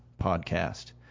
podcast